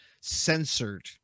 Censored